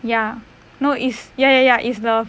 ya no is ya ya ya is the